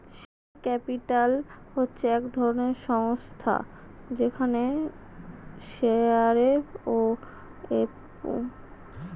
share capital হচ্ছে এক ধরনের সংস্থা যেখানে শেয়ারে এ পুঁজি জমানো হয়